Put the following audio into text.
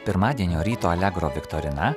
pirmadienio ryto allegro viktorina